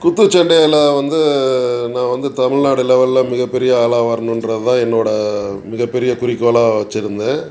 குத்துச் சண்டையில் வந்து நான் வந்து தமிழ்நாடு லெவலில் மிகப் பெரிய ஆளாக வரணுன்றது தான் என்னோடய மிகப் பெரிய குறிக்கோளாக வச்சுருந்தேன்